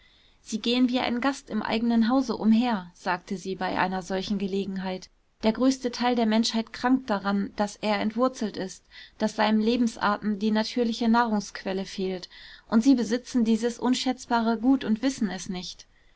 sie gehen wie ein gast im eigenen hause umher sagte sie bei einer solchen gelegenheit der größte teil der menschheit krankt daran daß er entwurzelt ist daß seinem lebensatem die natürliche nahrungsquelle fehlt und sie besitzen dieses unschätzbare gut und wissen es nicht